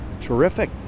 terrific